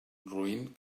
roín